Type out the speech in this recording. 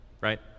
Right